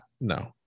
no